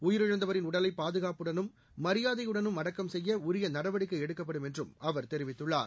உயிரிழந்தவரின் உடலை பாதுகாப்புடனும் மரியாதையுடனும் அடக்கம் செய்ய உரிய நடவடிக்கை எடுக்கப்படும் என்றும் அவர் தெரிவித்துள்ளார்